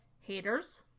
haters